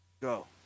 Go